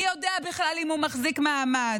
בכלל, מי יודע אם הוא מחזיק מעמד,